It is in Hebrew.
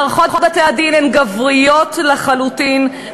מערכות בתי-הדין הן גבריות לחלוטין,